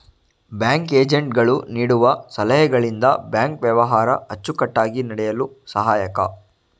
bank agent ಗಳು ನೀಡುವ ಸಲಹೆಗಳಿಂದ ಬ್ಯಾಂಕ್ ವ್ಯವಹಾರ ಅಚ್ಚುಕಟ್ಟಾಗಿ ನಡೆಯಲು ಸಹಾಯಕ